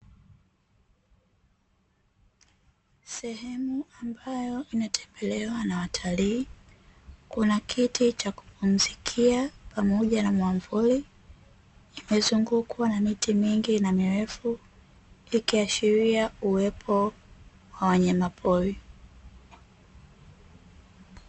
Sehemu ambayo inatembelewa na watalii, kuna kiti cha kupumzikia pamoja na mwamvuli, imezungukwa na miti mingi na mirefu ikiashiria uwepo wa wanyamapori.